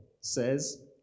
says